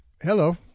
hello